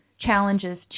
challenges